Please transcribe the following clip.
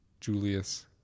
Julius